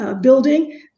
building